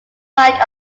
mike